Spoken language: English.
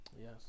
Yes